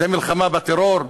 זה מלחמה בטרור?